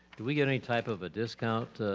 do we get any type of a discount